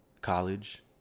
college